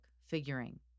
Figuring